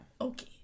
okay